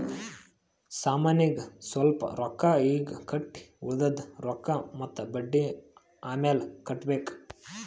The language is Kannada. ಸಾಮಾನಿಗ್ ಸ್ವಲ್ಪ್ ರೊಕ್ಕಾ ಈಗ್ ಕಟ್ಟಿ ಉಳ್ದಿದ್ ರೊಕ್ಕಾ ಮತ್ತ ಬಡ್ಡಿ ಅಮ್ಯಾಲ್ ಕಟ್ಟಬೇಕ್